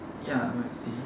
ya milk tea